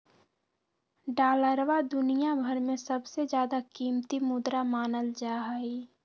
डालरवा दुनिया भर में सबसे ज्यादा कीमती मुद्रा मानल जाहई